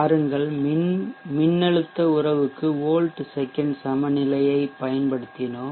பாருங்கள் மின்னழுத்த உறவுக்கு வோல்ட் செக்கெண்ட் சமநிலையைப் பயன்படுத்தினோம்